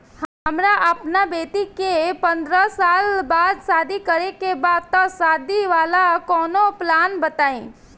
हमरा अपना बेटी के पंद्रह साल बाद शादी करे के बा त शादी वाला कऊनो प्लान बताई?